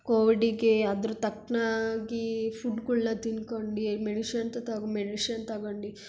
ಕೋವಿಡಿಗೆ ಅದ್ರ ತಕ್ಕನಾಗಿ ಫುಡ್ಗಳ್ನ ತಿನ್ಕೊಂಡು ಮೆಡಿಶಂತ್ ತಗೊ ಮೆಡಿಶನ್ ತಗಂಡು